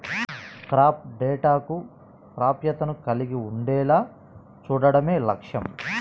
crop డేటాకు ప్రాప్యతను కలిగి ఉండేలా చూడడమే లక్ష్యం